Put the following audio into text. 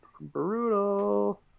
Brutal